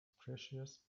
precious